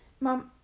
Mom-